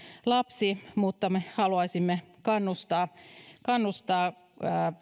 lapsi me haluaisimme kannustaa kannustaa